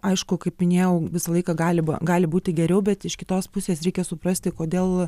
aišku kaip minėjau visą laiką galima gali būti geriau bet iš kitos pusės reikia suprasti kodėl